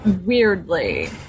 weirdly